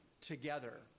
together